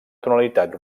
tonalitat